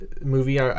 movie